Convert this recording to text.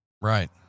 right